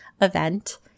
event